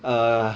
err